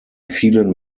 vielen